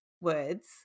words